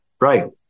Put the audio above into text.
right